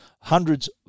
hundreds